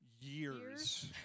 years